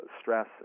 stress